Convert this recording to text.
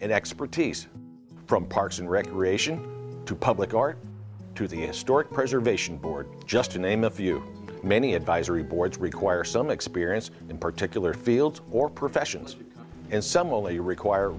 and expertise from parks and recreation to public art to the historic preservation board just to name a few many advisory boards require some experience in particular fields or professions and some only require